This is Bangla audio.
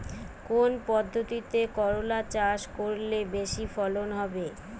কোন পদ্ধতিতে করলা চাষ করলে বেশি ফলন হবে?